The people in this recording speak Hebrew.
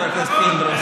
חבר הכנסת פינדרוס.